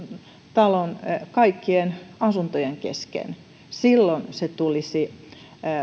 talon kaikkien asuntojen kesken silloin se tulisi